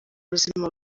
buzima